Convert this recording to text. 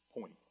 Point